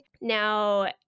Now